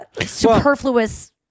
Superfluous